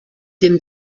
dem